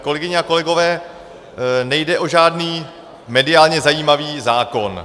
Kolegyně a kolegové, nejde o žádný mediálně zajímavý zákon.